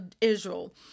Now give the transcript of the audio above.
Israel